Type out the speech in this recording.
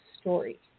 story